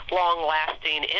long-lasting